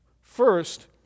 First